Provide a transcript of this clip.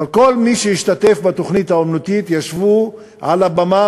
אבל כל מי שהשתתף בתוכנית האמנותית ישב על הבמה,